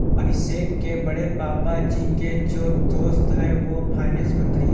अभिषेक के बड़े पापा जी के जो दोस्त है वो फाइनेंस मंत्री है